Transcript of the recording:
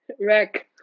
Wreck